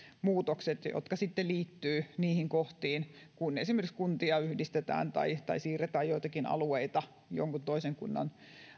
muutokset jotka sitten liittyvät niihin kohtiin kun esimerkiksi kuntia yhdistetään tai tai siirretään joitakin alueita jonkun toisen kunnan